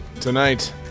tonight